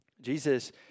Jesus